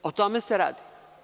O tome se radi.